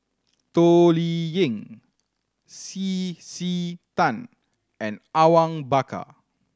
Toh Liying C C Tan and Awang Bakar